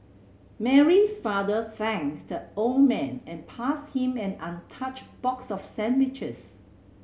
Mary's father thanked the old man and passed him an untouched box of sandwiches